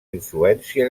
influència